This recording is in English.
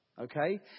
okay